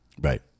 right